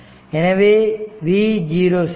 எனவே v 0